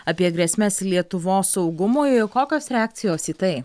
apie grėsmes lietuvos saugumui kokios reakcijos į tai